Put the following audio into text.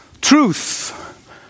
Truth